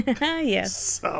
Yes